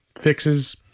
fixes